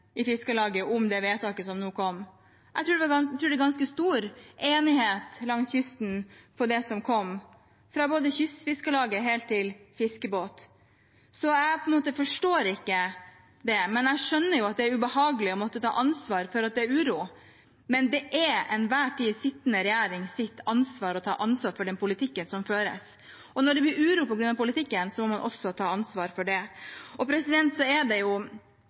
Fiskarlaget om det vedtaket som nå kom. Jeg tror det er ganske stor enighet langs kysten om det som kom, fra Kystfiskarlaget og helt til fiskebåtene. Så jeg forstår ikke det, men jeg skjønner at det er ubehagelig å måtte ta ansvar for at det er uro. Men den politikken som føres, er den til enhver tid sittende regjerings ansvar. Når det blir uro på grunn av politikken, må man også ta ansvar for det. Så fikk vi nok en gang høre fra representanten Steinar Reiten hvor ille det blir for fiskeripolitikken med en rød-grønn regjering. Det er det